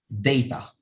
data